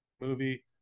movie